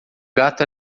gato